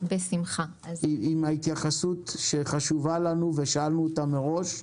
עם ההתייחסות שחשובה לנו ושאלנו אותה מראש,